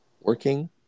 working